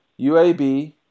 UAB